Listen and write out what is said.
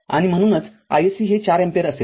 आणि म्हणूनच isc हे ४ अँपिअर असेल